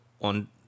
on